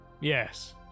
yes